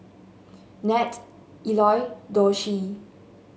Nat Eloy Dulcie